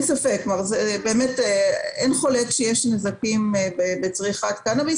אין חולק שיש נזקים בצריכת קנאביס,